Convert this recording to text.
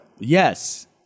Yes